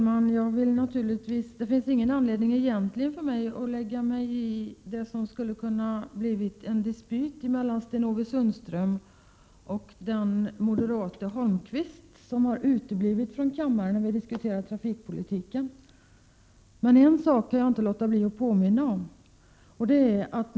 Herr talman! Det finns egentligen ingen anledning för mig att lägga mig i det som skulle ha kunnat bli en dispyt mellan Sten-Ove Sundström och den moderate Erik Holmkvist, som uteblir från kammaren när vi diskuterar trafikpolitiken. Men en sak kan jag inte låta bli att påminna om.